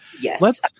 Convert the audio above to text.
Yes